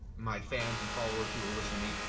my fans and followers, people who listen to me,